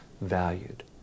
valued